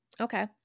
Okay